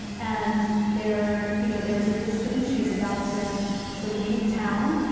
and there you know there was a distance. she's about to to leave town.